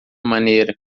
maneira